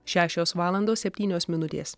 šešios valandos septynios minutės